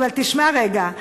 אבל תשמע רגע,